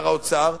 שר האוצר,